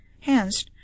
Hence